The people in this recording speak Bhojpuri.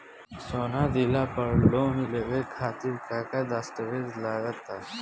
सोना दिहले पर लोन लेवे खातिर का का दस्तावेज लागा ता?